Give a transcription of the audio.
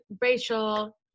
Rachel